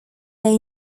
their